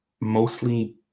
mostly